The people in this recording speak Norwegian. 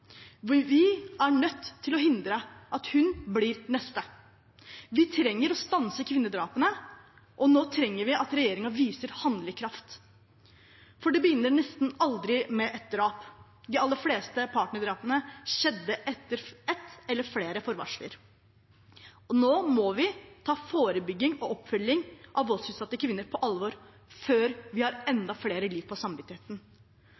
Vi er nødt til å hindre at en av dem blir den neste. Vi trenger å stanse kvinnedrapene, og nå trenger vi at regjeringen viser handlekraft, for det begynner nesten aldri med et drap. De aller fleste partnerdrapene skjedde etter ett eller flere forvarsel. Nå må vi ta forebygging og oppfølging av voldsutsatte kvinner på alvor, før vi har